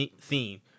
theme